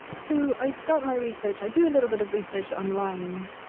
so i start my research, i do a little bit of research online,